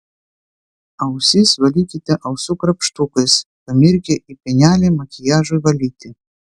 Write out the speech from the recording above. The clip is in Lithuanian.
ausis valykite ausų krapštukais pamirkę į pienelį makiažui valyti